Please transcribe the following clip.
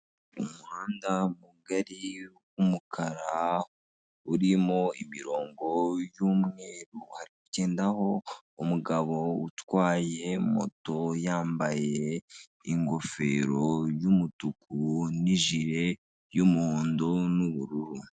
Umuhanda mugari w'umukara urimo imirongo y'umweru, harikugendaho umugabo utwaye moto yambaye ingofero y'umutuku n'ijire y'umuhondo n'ubururu.